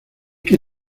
que